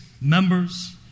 members